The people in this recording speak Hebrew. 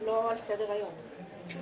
אנחנו